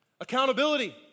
Accountability